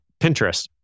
Pinterest